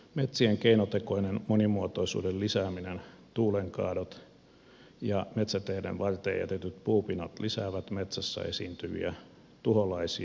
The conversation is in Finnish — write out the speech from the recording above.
metsien keinotekoinen monimuotoisuuden lisääminen tuulenkaadot ja metsäteiden varteen jätetyt puupinot lisäävät metsässä esiintyviä tuholaisia